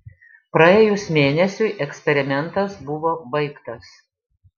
praėjus mėnesiui eksperimentas buvo baigtas